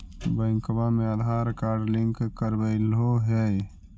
बैंकवा मे Aadhaar card link करवैलहो है?